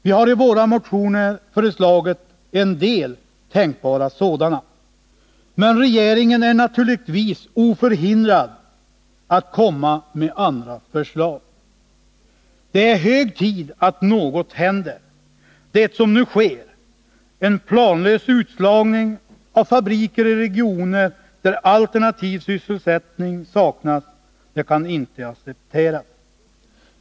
Vi har i våra motioner föreslagit en del tänkbara sådana, men regeringen är naturligtvis oförhindrad att komma med andra förslag. Det är hög tid att något händer. Det som nu sker, en planlös utslagning av fabriker i regioner där alternativ sysselsättning saknas, kan inte accepteras.